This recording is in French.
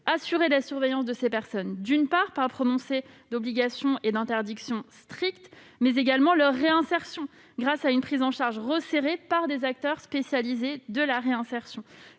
part, la surveillance de ces personnes, par le prononcé d'obligations et d'interdictions strictes, et, d'autre part, leur réinsertion, grâce à une prise en charge resserrée par des acteurs spécialisés de la réinsertion.